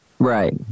Right